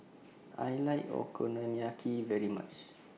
I like Okonomiyaki very much